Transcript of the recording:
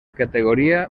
categoría